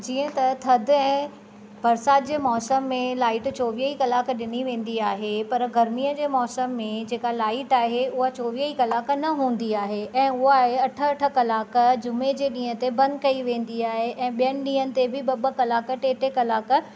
जीअं त थधि ऐं बरिसात जे मौसम में लाइट चोवीह ई कलाक ॾिनी वेंदी आहे पर गर्मीअ जे मौसम में जेका लाइट आहे उहा चोवीह ई कलाक न हूंदी आहे ऐं उहा ऐं अठ अठ कलाक जुमे जे ॾींहं ते बंदि कई वेंदी आहे ऐं ॿियनि ॾींहनि ते बि ॿ ॿ कलाक टे टे कलाक